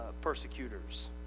Persecutors